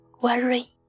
worry